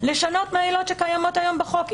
לשנות מהעילות שקיימות היום בחוק.